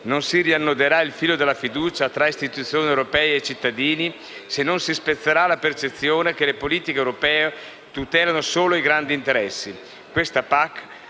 non si riannoderà il filo della fiducia tra istituzioni europee e cittadini se non si spezzerà la percezione che le politiche europee tutelano solo i grandi interessi.